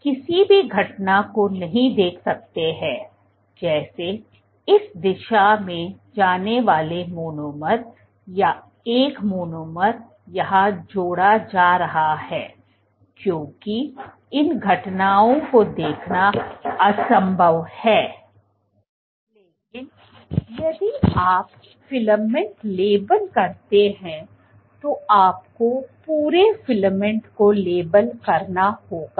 आप किसी भी घटना को नहीं देख सकते हैं जैसे इस दिशा में जाने वाले मोनोमर या एक मोनोमर यहां जोड़ा जा रहा है क्योंकि इन घटनाओं को देखना असंभव है लेकिन यदि आप फिलामेंट लेबल करते हैं तो आपको पूरे फिलामेंट को लेबल करना होगा